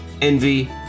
envy